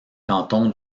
canton